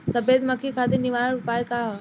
सफेद मक्खी खातिर निवारक उपाय का ह?